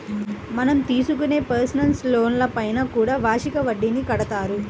మనం తీసుకునే పర్సనల్ లోన్లపైన కూడా వార్షిక వడ్డీని కడతారు